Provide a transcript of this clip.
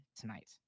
tonight